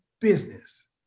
business